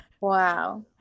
Wow